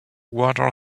water